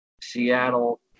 seattle